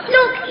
Look